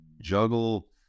juggle